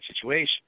situation